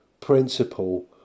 principle